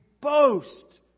boast